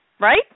right